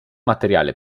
materiale